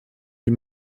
die